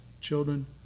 children